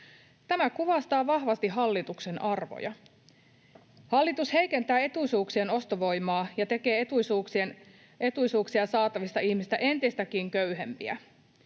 Tämä kuvastaa vahvasti hallituksen arvoja. Hallitus heikentää etuisuuksien ostovoimaa ja tekee etuisuuksia saavista ihmisistä entistäkin köyhempiä.